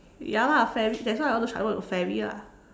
ya lah fairy that's why I want to transform into fairy lah